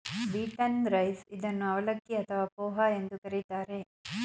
beaten rice ಇದನ್ನು ಅವಲಕ್ಕಿ ಅಥವಾ ಪೋಹ ಎಂದು ಕರಿತಾರೆ